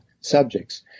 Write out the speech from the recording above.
subjects